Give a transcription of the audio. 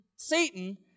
Satan